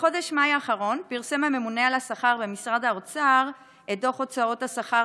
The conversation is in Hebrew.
בחודש מאי האחרון פרסם הממונה על השכר במשרד האוצר את דוח הוצאות השכר